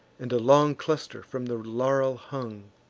and a long cluster from the laurel hung.